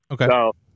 Okay